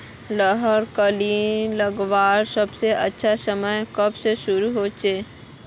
लहर कली लगवार सबसे अच्छा समय कब से शुरू होचए?